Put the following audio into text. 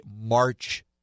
March